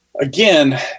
again